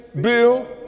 bill